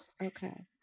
okay